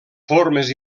formes